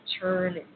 turn